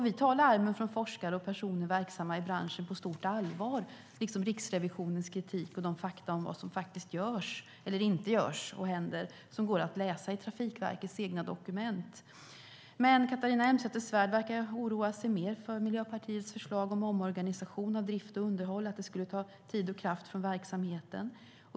Vi tar larmen från forskare och personer verksamma i branschen på stort allvar, liksom Riksrevisionens kritik och de fakta om vad som faktiskt görs eller inte görs som går att läsa i Trafikverkets egna dokument. Catharina Elmsäter-Svärd verkar dock oroa sig mer för att Miljöpartiets förslag om omorganisation av drift och underhåll skulle ta tid och kraft från verksamheten.